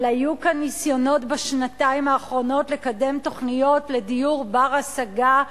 אבל היו כאן ניסיונות בשנתיים האחרונות לקדם תוכניות לדיור בר-השגה,